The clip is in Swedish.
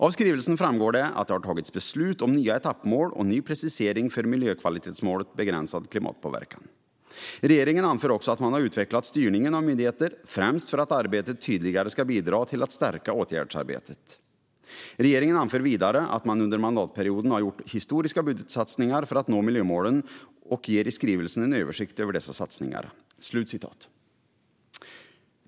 Av skrivelsen framgår att det har tagits beslut om nya etappmål och ny precisering för miljökvalitetsmålet Begränsad klimatpåverkan. Regeringen anför också att man har utvecklat styrningen av myndigheter, främst för att arbetet tydligare ska bidra till att stärka åtgärdsarbetet. Regeringen anför vidare att man under mandatperioden har gjort historiska budgetsatsningar för att nå miljömålen och ger i skrivelsen en översikt över dessa satsningar."